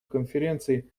конференции